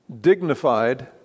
dignified